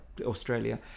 Australia